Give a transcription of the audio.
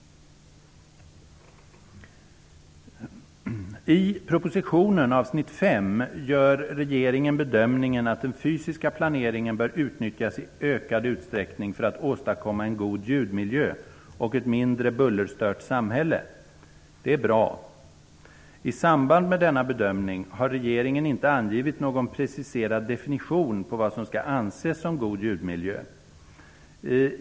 I propositionen, avsnitt 5, gör regeringen bedömningen att den fysiska planeringen bör utnyttjas i ökad utsträckning för att åstadkomma en god ljudmiljö och ett mindre bullerstört samhälle; det är bra. I samband med denna bedömning har regeringen inte angivit någon preciserad definition på vad som skall anses som god ljudmiljö.